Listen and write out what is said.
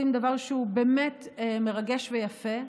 דבר שהוא באמת מרגש ויפה,